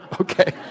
Okay